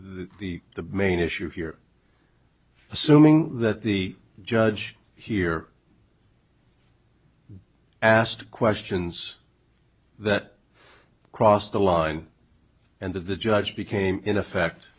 the the main issue here assuming that the judge here asked questions that cross the line and that the judge became in effect